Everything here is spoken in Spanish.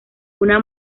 una